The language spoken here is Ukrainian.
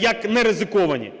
як не ризиковані?